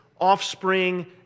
offspring